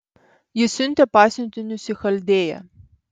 ji siuntė pasiuntinius į chaldėją